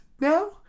now